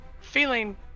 feeling